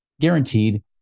guaranteed